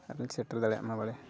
ᱟᱨ ᱞᱤᱧ ᱥᱮᱴᱮᱨ ᱫᱟᱲᱮᱭᱟᱜ ᱢᱟ ᱵᱟᱲᱮ